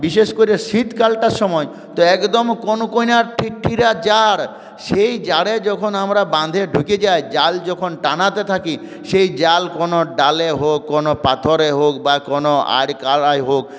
বিশেষ করে শীতকালটার সময় তো একদম কনকনে থিত্থির্যা জাড় সেই জাড়ে যখন আমরা বাঁধে ঢুকে যাই জাল যখন টানতে থাকি সেই জাল কোনও ডালে হোক কোনও পাথরে হোক বা কোনও আর কাড়ায় হোক